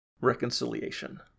reconciliation